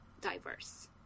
diverse